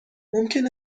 ممکن